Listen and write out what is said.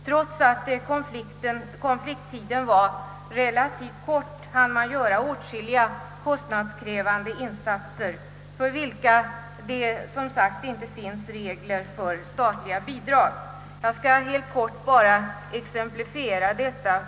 Trots att konflikttiden var relativt kort hann dessa göra åtskilliga kostnadskrävande insatser, för vilka det inte finns några regler om att statsbidrag skall utgå. Jag vill helt kort exemplifiera detta.